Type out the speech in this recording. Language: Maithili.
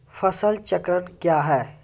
फसल चक्रण कया हैं?